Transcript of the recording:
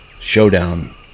showdown